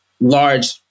large